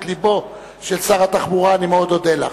לבו של שר התחבורה אני מאוד אודה לך.